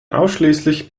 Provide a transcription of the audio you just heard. ausschließlich